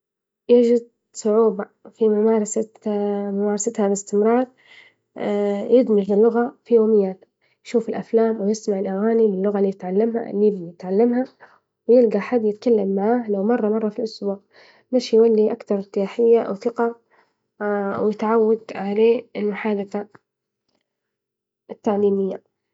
يجد صعوبة في ممارسة ممارستها بإستمرار، يدمج اللغة في يومياتة، يشوف الأفلام، ويسمع الأغاني باللغة اللي يتعلمها يبغي يتعلمها- يتعلمها، ويلقى حد يتكلم معاه لو مرة- مرة في الإسبوع، باش يولي أكتر إرتاحية و ثقة ويتعود عليه المحادثة التعليمية.